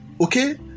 Okay